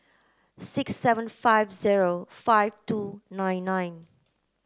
six seven five zero five two nine nine